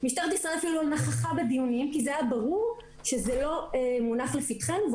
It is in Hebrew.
משטרת ישראל אפילו לא נכחה בדיונים כי היה ברור שזה לא מונח לפתחנו.